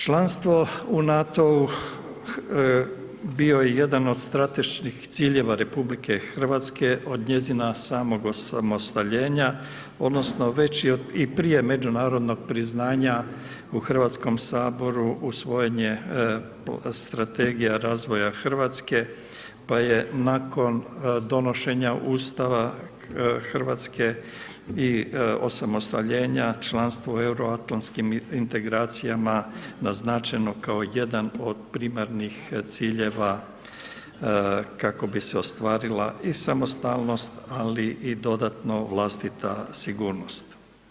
Članstvo u NATO-u bio je jedan od strateških ciljeva RH od njezina samog osamostaljenja odnosno već i prije međunarodnog priznanja u Hrvatskom saboru usvojen je Strategija razvoja Hrvatske, pa je nakon donošenja Ustava Hrvatske i osamostaljenja, članstvo u euroatlanskim integracijama naznačeno kao jedan od primarnih ciljeva kako bi se ostvarila i samostalnost, ali i dodatno vlastita sigurnost.